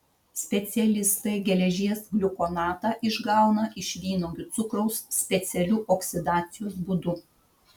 specialistai geležies gliukonatą išgauna iš vynuogių cukraus specialiu oksidacijos būdu